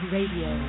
Radio